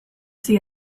see